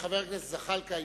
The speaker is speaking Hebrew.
חבר הכנסת זחאלקה,